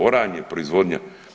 Oranje, proizvodnja.